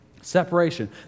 Separation